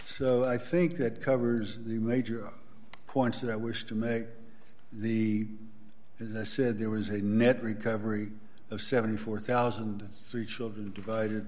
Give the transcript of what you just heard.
so i think that covers the major points that wish to make the said there was a net recovery of seventy four thousand and three children divided